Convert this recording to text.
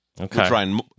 okay